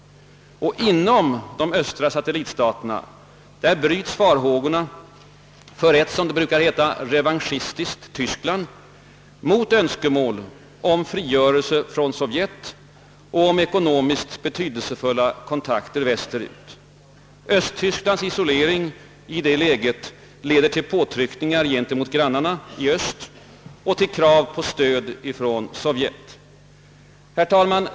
Inom de östeuropeiska satellitstaterna bryts farhågorna för ett, som det brukar heta, revanschistiskt Tyskland mot önskemål om frigörelse från Sovjet och om ekonomiskt betydelsefulla kontakter västerut. Östtysklands isolering i detta läge leder till påtryckningar gentemot grannarna i Öst och till krav på stöd från Sovjet. Herr talman!